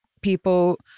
people